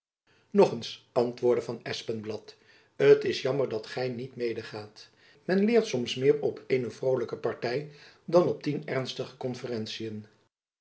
nog eens antwoordde van espenblad t is jammer dat gy niet medegaat men leert soms meer op eene vrolijke party dan op tien ernstige konferentiën